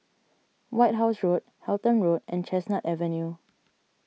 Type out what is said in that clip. White House Road Halton Road and Chestnut Avenue